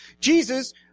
Jesus